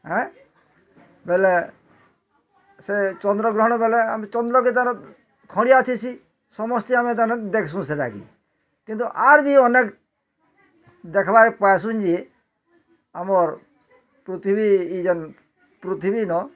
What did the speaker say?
ଆଏଁ ବଏଲେ ସେ ଚନ୍ଦ୍ର ଗ୍ରହଣ ବଏଲେ ଆମେ ଚନ୍ଦ୍ରକେ ତା ମାନେ ଖଣ୍ଡିଆଥିସି ସମସ୍ତେ ଆମେ ତାର୍ ମାନେ ଦେଖସୁଁ ସେତାକେ କିନ୍ତୁ ଆର୍ ଭି ଅନେକ୍ ଦେଖ୍ବାର୍କେ ପାଏସୁଁ ଯେ ଆମର୍ ପୃଥିବୀ ଇଯେନ୍ ପୃଥିବୀର